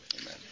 Amen